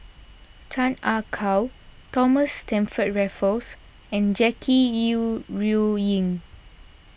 Chan Ah Kow Thomas Stamford Raffles and Jackie Yi Ru Ying